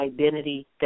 identity